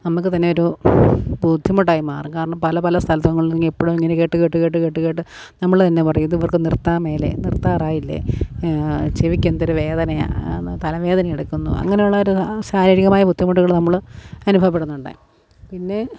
നമുക്ക് തന്നെ ഒരു ബുദ്ധിമുട്ടായി മാറും കാരണം പല പല സ്ഥലങ്ങളിലും എപ്പോഴും ഇങ്ങനെ കേട്ട് കേട്ട് കേട്ട് കേട്ട് നമ്മള് തന്നെ പറയും ഇതിവർക്ക് നിർത്താൻ മേലേ നിർത്താറായില്ലേ ചെവിക്കെന്തൊരു വേദനയാണ് തലവേദനയെടുക്കുന്നു അങ്ങനെയുള്ളൊരു ശാരീരികമായ ബുദ്ധിമുട്ടുകള് നമ്മള് അനുഭവപ്പെടുന്നുണ്ട് പിന്നെ